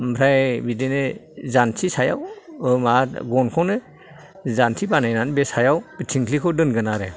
ओमफ्राय बिदिनो जान्थि सायाव मा गनखौनो जान्थि बानायनानै बे सायाव थिंख्लिखौ दोनगोन आरो